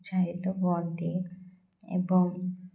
ଉତ୍ସାହିତ ହୁଅନ୍ତି ଏବଂ